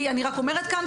אני רק אומרת כאן,